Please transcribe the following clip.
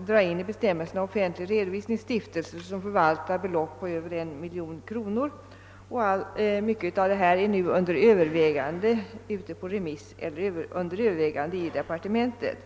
i tillsynslagen om offentlig redovisning skall få tilllämpning även på stiftelser som förvaltar belopp på över 1 miljon kronor. Mycket av allt detta är nu ute på remiss eller under övervägande inom departementet.